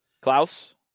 Klaus